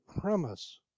premise